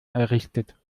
errichtet